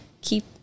keep